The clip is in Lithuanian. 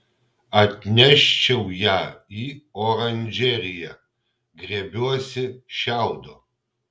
atneščiau ją į oranžeriją griebiuosi šiaudo